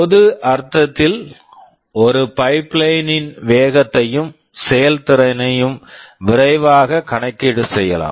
பொது அர்த்தத்தில் ஒரு பைப்லைன் pipeline ன் வேகத்தையும் செயல்திறனையும் விரைவாகக் கணக்கீடு செய்யலாம்